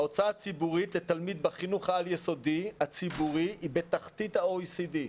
ההוצאה הציבורית לתלמיד בחינוך העל יסודי הציבורי היא בתחתית ה-OECD.